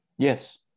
Yes